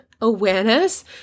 awareness